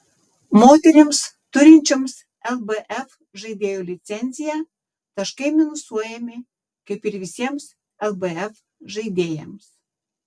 moterims turinčioms lbf žaidėjo licenciją taškai minusuojami kaip ir visiems lbf žaidėjams